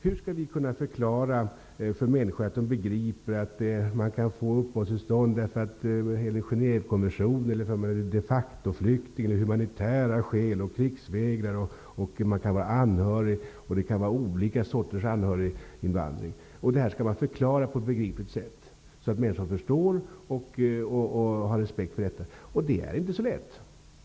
Hur skall vi kunna förklara för människor så att de begriper att man kan få uppehållstillstånd med hänvisning till Genèvekonventionen, att man är de facto-flykting, humanitära skäl, att man är krigsvägrare eller anhörig? Det kan vara olika sorters anhöriginvandring. Detta skall vi förklara på ett begripligt sätt så att människor förstår och har respekt för detta. Det är inte så lätt.